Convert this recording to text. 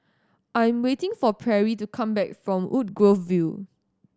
I'm waiting for Perry to come back from Woodgrove View